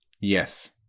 Yes